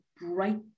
bright